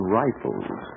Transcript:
rifles